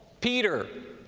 peter,